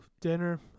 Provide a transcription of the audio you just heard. dinner